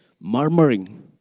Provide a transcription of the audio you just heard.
murmuring